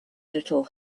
little